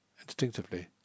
Instinctively